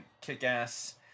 Kick-Ass